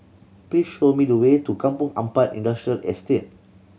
please show me the way to Kampong Ampat Industrial Estate